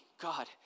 God